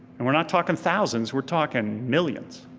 and we're not talking thousands, we're talking millions.